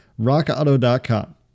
rockauto.com